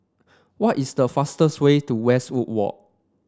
what is the fastest way to Westwood Walk